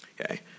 Okay